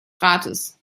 rates